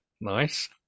Nice